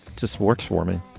just works for me.